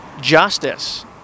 justice